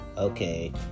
Okay